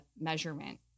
measurement